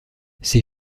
ces